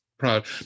proud